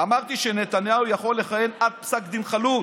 אמרתי שנתניהו יכול לכהן עד פסק דין חלוט,